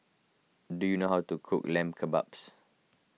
do you know how to cook Lamb Kebabs